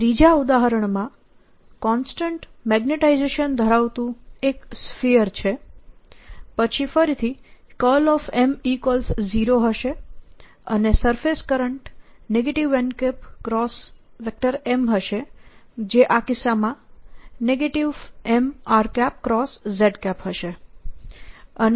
આ ત્રીજા ઉદાહરણમાં કોન્સ્ટન્ટ મેગ્નેટાઇઝેશન ધરાવતું એક સ્ફિયર છે પછી ફરીથી M0 હશે અને સરફેસ કરંટ nM હશે જે આ કિસ્સામાં M rz હશે